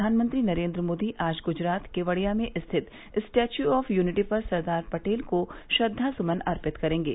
प्रधानमंत्री नरेन्द्र मोदी आज गुजरात केवड़िया में स्थित स्टैच्यू ऑफ यूनिटी पर सरदार पटेल को श्रद्वा सुमन अर्पित करेंगे